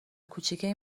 کوچیکه